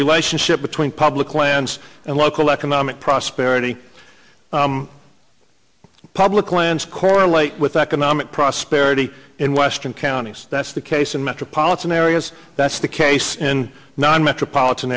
relationship between public lands and local economic prosperity public lands correlate with economic prosperity in western counties that's the case in metropolitan areas that's the case in non metropolitan